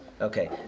Okay